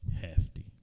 Hefty